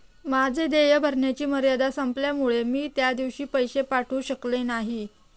माझे देय भरण्याची मर्यादा संपल्यामुळे मी त्या दिवशी पैसे पाठवू शकले नाही